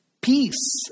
peace